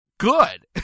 good